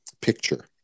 picture